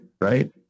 right